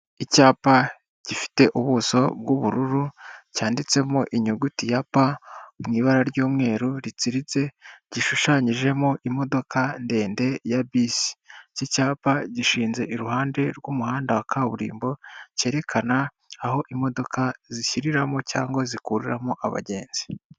Icyapa gifite ubuso bw'ubururu, cyanditsemo inyuguti ya p, mu ibara ry'umweru ritsiritse, gishushanyijemo imodoka ndende ya bisi. Iki cyapa gishinze iruhande rw'umuhanda wa kaburimbo, cyerekana aho imodoka zishyiriramo cyangwa zikuriramo abagenzi.